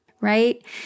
right